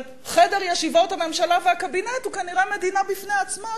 אבל חדר ישיבות הממשלה והקבינט הוא כנראה מדינה בפני עצמה,